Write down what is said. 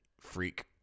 freak